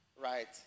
right